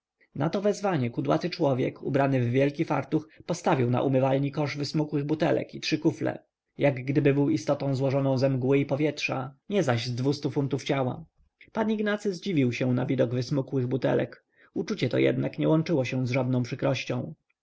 na to wezwanie kudłaty człowiek ubrany w wielki fartuch postawił na umywalni kosz wysmukłych butelek i trzy kufle potem zniknął jak gdyby był istotą złożoną ze mgły i powietrza nie zaś z dwustu funtów ciała pan ignacy zdziwił się na widok wysmukłych butelek uczucie to jednak nie łączyło się z żadną przykrością